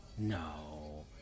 No